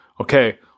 okay